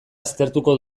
aztertuko